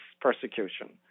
persecution